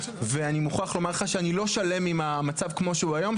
ואני מוכרח לומר לך שאני לא שלם עם המצב כמו שהוא היום,